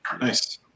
Nice